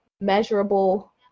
measurable